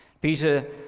peter